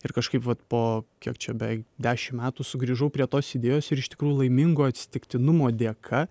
ir kažkaip vat po kiek čia beveik dešimt metų sugrįžau prie tos idėjos ir iš tikrųjų laimingo atsitiktinumo dėka